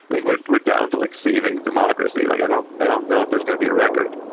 think we're we're down to, like, saving democracy. like, i don't i don't know if there's going to be a record